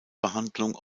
behandlung